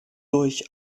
durch